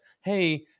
hey